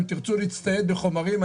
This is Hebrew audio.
אם תרצו להצטייד בחומרים,